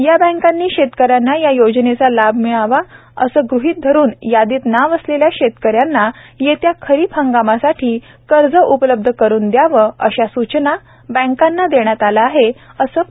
या बँकांनी शेतकऱ्यांना या योजनेचा लाभ मिळाला आहे असे गृहित धरुन यादीत नाव असलेल्या शेतकऱ्यांना येत्या खरीप हंगामासाठी कर्ज उपलब्ध करुन द्यावे अशा सूचना बँकांना देण्यात आल्या आहेत असेही श्री